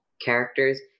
characters